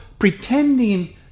Pretending